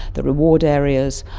the reward areas.